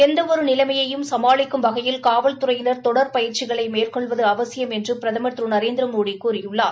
எந்த ஒரு நிலைமையையும் சமாளிக்கும் வகையில் காவல்துறையினர் தொடர் பயிற்சிகளை மேற்கொள்வது அவசியம் என்று பிரதமர் திரு நரேந்திரமோடி கூறியுள்ளார்